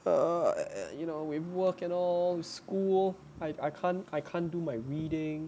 err you know we work at all school I can't I can't do my reading